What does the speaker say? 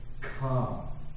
come